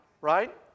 Right